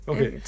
Okay